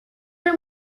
her